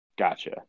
Gotcha